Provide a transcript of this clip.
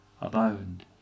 abound